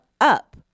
up